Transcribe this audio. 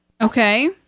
Okay